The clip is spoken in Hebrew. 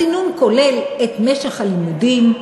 הסינון כולל את משך הלימודים,